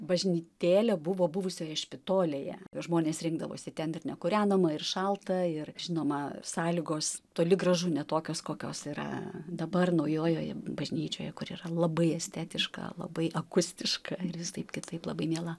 bažnytėlė buvo buvusioje špitolėje žmonės rinkdavosi ten ir nekūrenama ir šalta ir žinoma sąlygos toli gražu ne tokios kokios yra dabar naujojoje bažnyčioje kuri yra labai estetiška labai akustiška ir visaip kitaip labai miela